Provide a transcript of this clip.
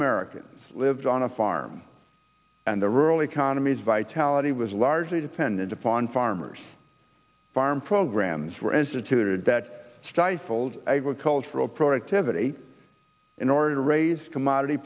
americans lived on a farm and the rural economies vitality was largely dependent upon farmers farm programs were instituted that stifles agricultural productivity in order to raise commodity